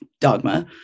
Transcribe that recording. dogma